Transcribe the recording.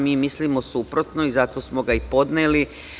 Mi mislimo suprotno i zato smo ga i podneli.